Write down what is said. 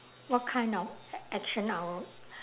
what kind of action I would